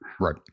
Right